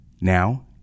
Now